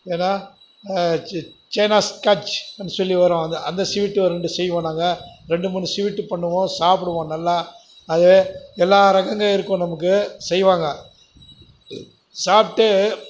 ஏன்னா சைனாஸ் ஸ்கட்ச் அப்படினு சொல்லி வரும் அது அந்த ஸ்வீட்டு ரெண்டு செய்வோம் நாங்கள் ரெண்டு மூணு ஸ்வீட்டு பண்ணுவோம் சாப்பிடுவோம் நல்லா அது எல்லா ரகங்கள் இருக்கும் நமக்கு செய்வாங்க சாப்பிட்டு